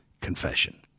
confession